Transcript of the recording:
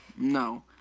no